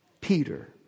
Peter